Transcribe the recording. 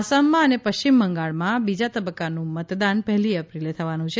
આસામમાં અને પશ્ચિમ બંગાળમાં બીજા તબક્કાનું મતદાન પહેલી એપ્રિલે થવાનું છે